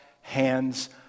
hands